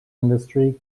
industry